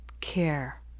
care